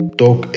talk